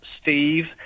steve